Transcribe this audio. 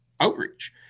outreach